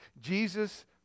Jesus